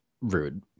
rude